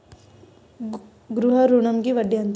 గృహ ఋణంకి వడ్డీ ఎంత?